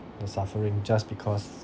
the suffering just because